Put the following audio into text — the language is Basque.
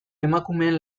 emakumeen